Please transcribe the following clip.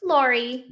Lori